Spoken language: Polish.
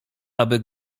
aby